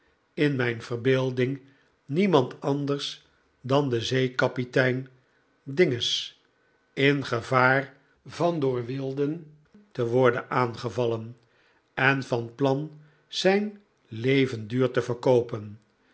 in mijn verbeelding niemand anders dan de zeekapitein dinges in gevaar van door wilden te worden aangevallen en van plan zijn leven duur te verkoopen